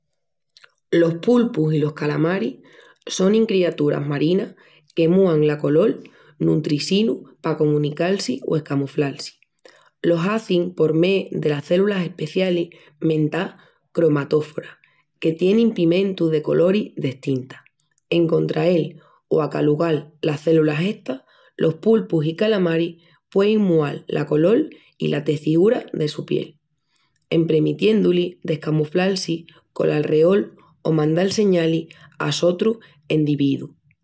Los pulpus i los calamaris sonin criaturas marinas que múan la colol nun trisinu pa comunical-si o escamuflal-si. Lo hazin por mé delas células especialis mentás cromatóforas, que tienin pimentus de coloris destintas. En contrael o acalugal las células estas, los pulpus i calamaris puein mual la colol i la teciúra de su piel, en premitiendu-lis d'escamuflal-si col alreol o mandal señalis a sotrus endividus.